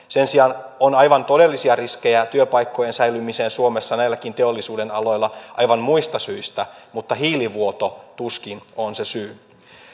sen sijaan on aivan todellisia riskejä työpaikkojen säilymiselle suomessa näilläkin teollisuudenaloilla aivan muista syistä mutta hiilivuoto tuskin on se syy